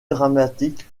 dramatique